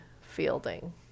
Fielding